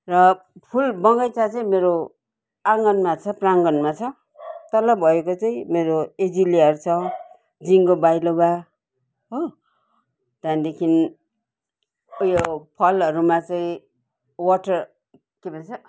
र फुल बगैँचा चाहिँ मेरो आँगनमा छ प्राङगनमा छ तल भएको चाहिँ मेरो एजिलियाहरू छ जिन्कोबायोलोबा हो त्यहाँदेखि उयो फलहरूमा चाहिँ वाटर के भन्छ